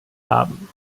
haben